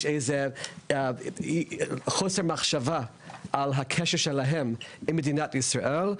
שיש איזה חוסר מחשבה על הקשר שלהם עם מדינת ישראל.